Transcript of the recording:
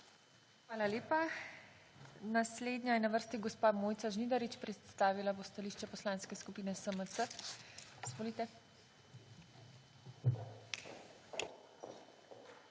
(Nadaljevanje) Naslednja je na vrsti gospa Mojca Žnidarič. Predstavila bo stališče Poslanske skupine SMC. Izvolite.